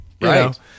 Right